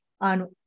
on